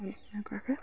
এনেকুৱাকে